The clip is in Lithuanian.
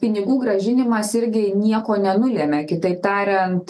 pinigų grąžinimas irgi nieko nenulėmė kitaip tariant